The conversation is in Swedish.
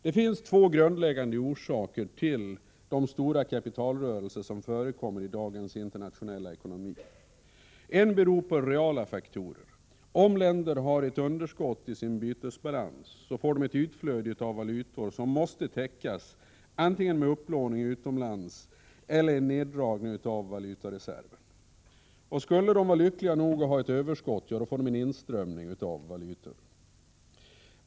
Det finns två grundläggande orsaker till de stora kapitalrörelser som förekommer i dagens internationella ekonomi. En har sin grund i reala faktorer: Om länder har ett underskott i sin bytesbalans, får de ett utflöde av valutor som måste täckas antingen med upplåning utomlands eller neddragning av valutareserven. Och skulle de vara lyckliga nog att ha ett överskott, får de en inströmning av valutor.